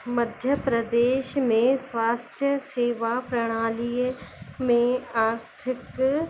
मध्य प्रदेश में स्वास्थ्य सेवा प्रणालीअ में आर्थिक